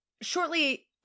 Shortly